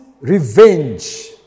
revenge